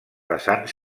basant